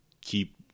keep